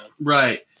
Right